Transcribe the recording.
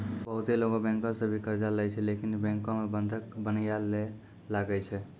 बहुते लोगै बैंको सं भी कर्जा लेय छै लेकिन बैंको मे बंधक बनया ले लागै छै